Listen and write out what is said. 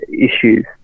issues